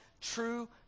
true